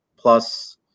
plus